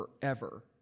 forever